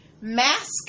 Mask